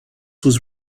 was